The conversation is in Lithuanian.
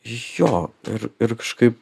jo ir ir kažkaip